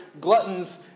gluttons